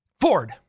Ford